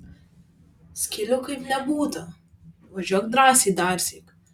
skylių kaip nebūta važiuok drąsiai darsyk